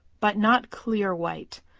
but not clear white.